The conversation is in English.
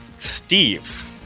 Steve